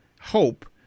Hope